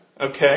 okay